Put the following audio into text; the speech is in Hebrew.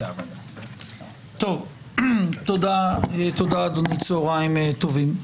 טוב, תודה, אדוני, צוהריים טובים.